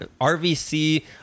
RVC